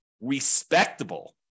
respectable